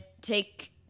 take